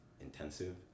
intensive